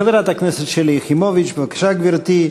חברת הכנסת שלי יחימוביץ, בבקשה, גברתי.